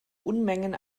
unmengen